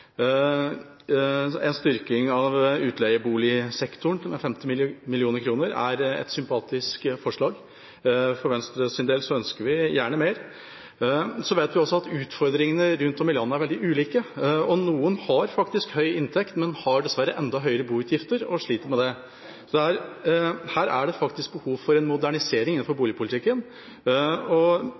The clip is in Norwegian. En styrking av utleieboligsektoren med 50 mill. kr er et sympatisk forslag. For Venstres del ønsker vi gjerne mer. Vi vet også at utfordringene rundt om i landet er veldig ulike. Noen har faktisk høy inntekt, men dessverre enda høyere boutgifter, og sliter med det. Her er det faktisk behov for en modernisering innenfor boligpolitikken.